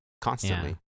constantly